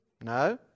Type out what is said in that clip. No